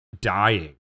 dying